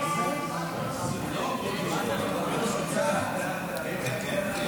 ההצעה להעביר את הצעת חוק מתן הטבות